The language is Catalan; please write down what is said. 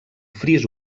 fris